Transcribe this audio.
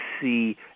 see